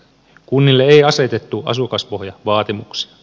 kunnille ei asetettu asukaspohjavaatimuksia